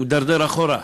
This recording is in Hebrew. הוא מידרדר אחורה.